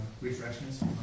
refreshments